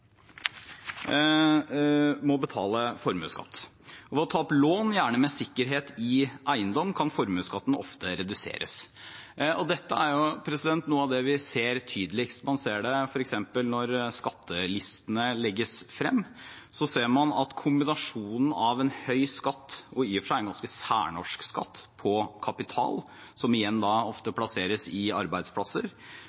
betale formuesskatt. Ved å ta opp lån, gjerne med sikkerhet i eiendom, kan formuesskatten ofte reduseres. Dette er noe av det vi ser tydeligst, f.eks. når skattelistene legges frem. Man ser at kombinasjonen høy skatt på kapital – i og for seg en ganske særnorsk skatt – som igjen ofte